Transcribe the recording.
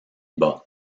bas